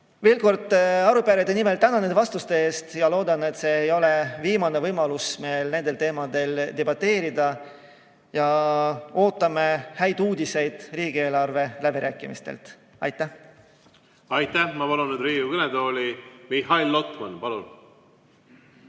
Veel kord, arupärijate nimel tänan nende vastuste eest. Loodan, et see ei ole viimane võimalus meil nendel teemadel debateerida, ja ootame häid uudiseid riigieelarve läbirääkimistelt. Aitäh! Aitäh! Ma palun nüüd Riigikogu kõnetooli Mihhail Lotmani. Palun!